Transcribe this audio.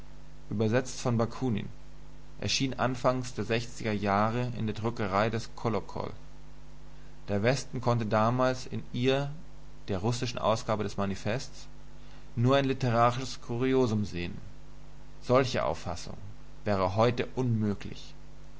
übersetzt von bakunin erschien anfangs der sechziger jahre in der druckerei des kolokol der westen konnte damals in ihr der russischen ausgabe des manifestes nur ein literarisches kuriosum sehn solche auffassung wäre heute unmöglich